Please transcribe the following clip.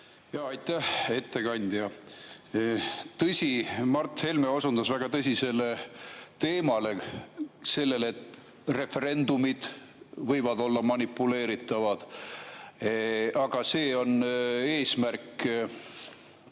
Aitäh! Ettekandja! Tõsi, Mart Helme osundas väga tõsisele teemale, sellele, et referendumid võivad olla manipuleeritavad. Aga meie eesmärk